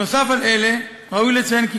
נוסף על אלה ראוי לציין כי,